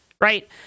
right